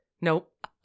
Nope